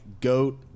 goat